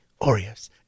Oreos